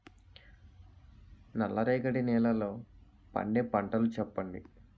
నల్ల రేగడి నెలలో పండే పంటలు చెప్పండి?